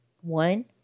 One